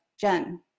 Jen